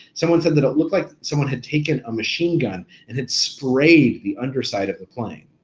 someone said that it looked like someone had taken a machine gun and had sprayed the underside of the plane.